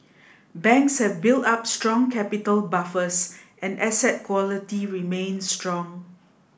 banks have built up strong capital buffers and asset quality remains strong